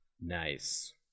Nice